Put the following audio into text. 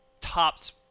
tops